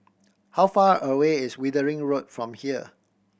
how far away is Wittering Road from here